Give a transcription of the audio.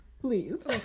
Please